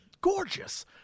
gorgeous